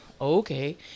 okay